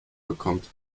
bekommt